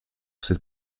cette